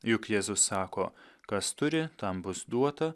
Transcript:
juk jėzus sako kas turi tam bus duota